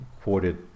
quoted